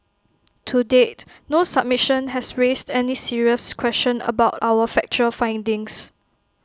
to date no submission has raised any serious question about our factual findings